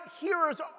hearers